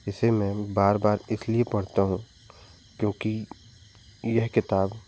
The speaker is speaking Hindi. इसे मैं बार बार इसलिए पढ़ता हूँ क्योंकि यह किताब